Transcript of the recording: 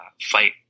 fight